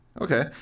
Okay